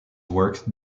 work